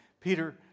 Peter